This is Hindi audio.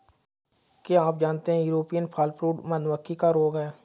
क्या आप जानते है यूरोपियन फॉलब्रूड मधुमक्खी का रोग है?